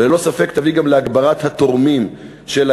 וללא ספק יביא גם להגברת מספר תורמי האיברים,